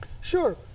Sure